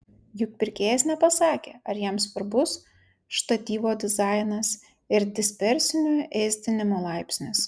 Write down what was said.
juk pirkėjas nepasakė ar jam svarbus štatyvo dizainas ir dispersinio ėsdinimo laipsnis